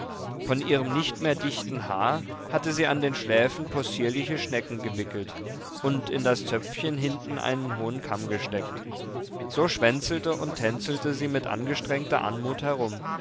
von ihrem nicht mehr dichten haar hatte sie an den schläfen possierliche schnecken gewickelt und in das zöpfchen hinten einen hohen kamm gesteckt so schwänzelte und tänzelte sie mit angestrengter anmut herum